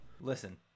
Listen